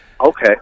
Okay